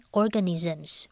organisms